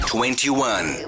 Twenty-one